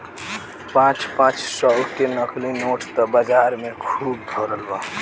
पाँच पाँच सौ के नकली नोट त बाजार में खुब भरल बा